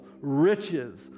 riches